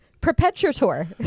Perpetrator